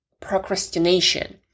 procrastination